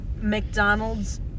McDonald's